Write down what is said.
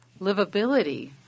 livability